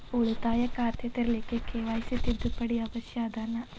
ಉಳಿತಾಯ ಖಾತೆ ತೆರಿಲಿಕ್ಕೆ ಕೆ.ವೈ.ಸಿ ತಿದ್ದುಪಡಿ ಅವಶ್ಯ ಅದನಾ?